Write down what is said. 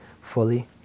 fully